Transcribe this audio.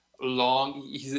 long